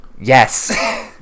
Yes